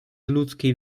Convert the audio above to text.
ludzkiej